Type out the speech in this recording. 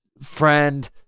friend